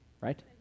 right